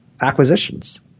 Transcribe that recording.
Acquisitions